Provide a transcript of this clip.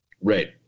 Right